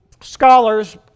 scholars